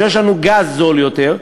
שיש לנו גז זול יותר,